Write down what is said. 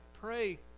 pray